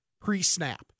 pre-snap